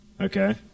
Okay